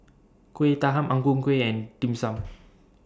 Kuih Talam Ang Ku Kueh and Dim Sum